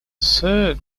third